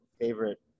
favorite